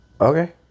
Okay